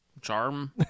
Charm